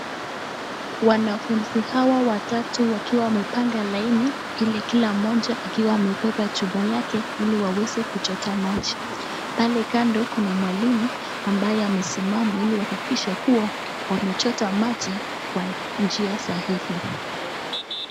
Wanafuzi hawa watatu wakiwa wamepanga laini ili kila mmoja akiwa amebeba chupa yake ili waweze kuchota maji. Pale kando kuna mwalimu ambaye amesimama ili wahakikishe kuwa wamechota maji kwa njia sahihi.